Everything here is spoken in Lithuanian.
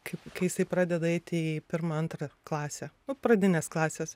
kai kai jisai pradeda eiti į pirmą antrą klasę nu pradinės klasės